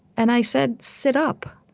and i said, sit up.